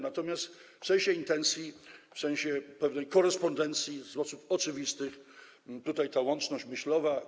Natomiast w sensie intencji, w sensie pewnej korespondencji z powodów oczywistych była ta łączność myślowa.